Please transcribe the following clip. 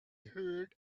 heard